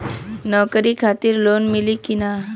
नौकरी खातिर लोन मिली की ना?